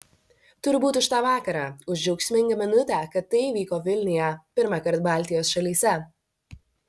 turbūt už tą vakarą už džiaugsmingą minutę kad tai įvyko vilniuje pirmąkart baltijos šalyse